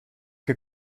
que